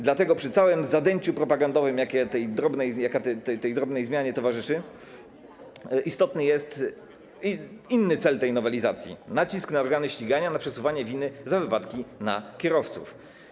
Dlatego przy całym zadęciu propagandowym, jakie tej drobnej zmianie towarzyszy, istotny jest inny cel tej nowelizacji: nacisk na organy ścigania na przesuwanie winy za wypadki na kierowców.